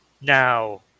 Now